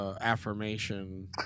Affirmation